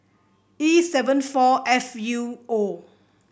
E seven four F U O